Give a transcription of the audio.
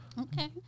Okay